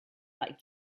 like